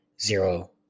zero